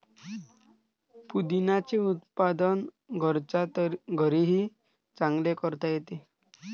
पुदिन्याचे उत्पादन घरच्या घरीही चांगले करता येते